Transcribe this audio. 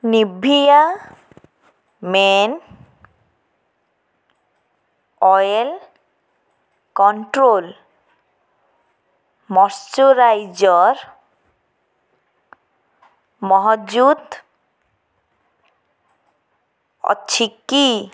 Nivea men oil control moisturiser ମହଜୁଦ ଅଛି କି